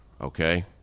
okay